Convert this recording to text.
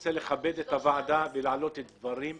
רוצה לכבד את הוועדה ולהעלות דברים אמיתיים.